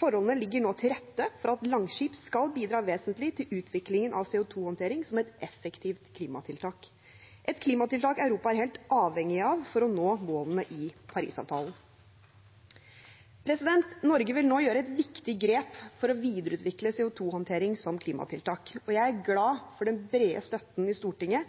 Forholdene ligger nå til rette for at Langskip skal bidra vesentlig til utviklingen av CO 2 -håndtering som et effektivt klimatiltak – et klimatiltak Europa er helt avhengig av for å nå målene i Parisavtalen. Norge vil nå ta et viktig grep for å videreutvikle CO 2 -håndtering som klimatiltak, og jeg er glad for den brede støtten i Stortinget